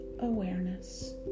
awareness